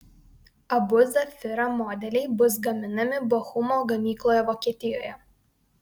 abu zafira modeliai bus gaminami bochumo gamykloje vokietijoje